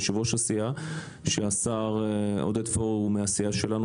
יושב ראש הסיעה שהשר עודד פורום מהעשייה שלנו,